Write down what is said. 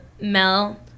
Mel